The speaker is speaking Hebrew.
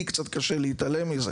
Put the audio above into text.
לי קצת קשה להתעלם מזה.